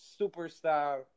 superstar